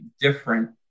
different